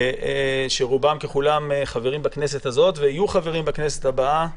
שרובם ככולם חברים בכנסת הזאת ויהיו חברים בכנסת הבאה,